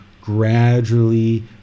gradually